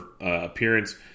appearance